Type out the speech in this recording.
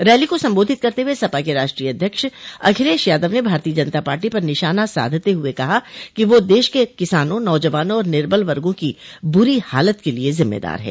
rally को संबोधित करते हये सपा के राष्ट्रीय अध्यक्ष अखिलेश यादव ने भारतीय जनता पार्टी पर निशाना साधते हुये कहा कि वह देश के किसानों नौजवानों और निर्बल वर्गो की बुरी हालत के लिये जिम्मेदार है